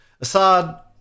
Assad